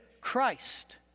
Christ